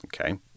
Okay